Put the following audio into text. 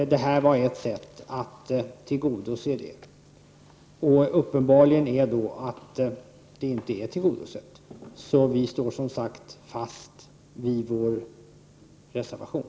Detta är ett sätt att tillgodose det. Uppenbarligen är inte våra önskemål tillgodosedda, och vi står som sagt fast vid vår reservation.